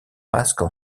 masques